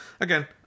again